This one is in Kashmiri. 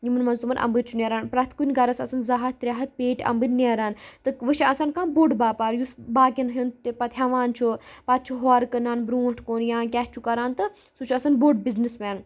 یِمَن منٛز تمَن اَمبٕرۍ چھُ نیران پرٛٮ۪تھ کُنہِ گَرَس آسان زٕ ہَتھ ترٛےٚ ہَتھ پیٹہِ اَمبٕرۍ نیران تہٕ وٕچھُ آسان کانٛہہ بوٚڑ باپار یُس باقیَن ہُنٛد تہ پَتہٕ ہٮ۪وان چھُ پَتہٕ چھُ ہورٕ کٕنان برونٛٹھ کُن یا کیٛاہ چھُ کَران تہٕ سُہ چھُ آسان بوٚڑ بِزنٮِس مین